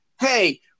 hey